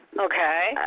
Okay